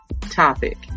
topic